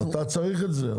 אתה צריך את זה,